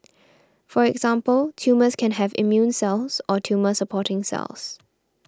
for example tumours can have immune cells or tumour supporting cells